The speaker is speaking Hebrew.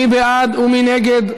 מי בעד ומי נגד?